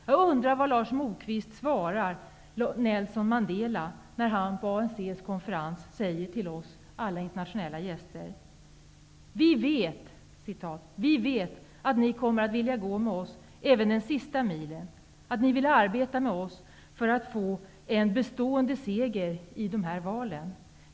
Jag undrar vad Lars Moquist skulle ha svarat Nelson Mandela när han på ANC:s konferens till oss alla internationella gäster sade: Vi vet att ni kommer att vilja gå med oss även den sista milen, att ni vill arbeta med oss för att få en bestående seger i de här valen.